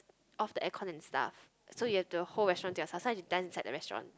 off the aircon and stuff so you have the whole restaurant to yourself so I should dance inside the restaurant